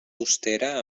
austera